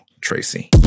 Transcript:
Tracy